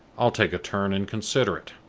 i'll take a turn and consider it.